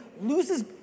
loses